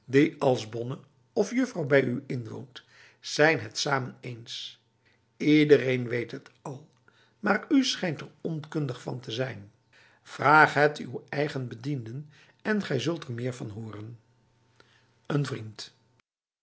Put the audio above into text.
als bonne of juffrouw bij u inwoont zijn het samen eens ledereen weet het al maar u schijnt er onkundig van te zijn vraag het uw eigen bedienden en gij zult er meer van horen een vriend